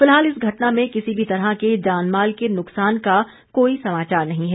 फिलहाल इस घटना में किसी भी तरह के जानमाल के नुकसान का कोई समाचार नहीं है